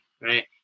right